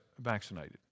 vaccinated